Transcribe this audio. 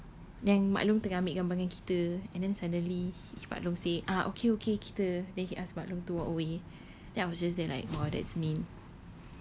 ingat tak then mak long tengah ambil gambar dengan kita and then suddenly pak long say ah okay okay kita then he asked mak long to walk away then I was just there like !wah! that's mean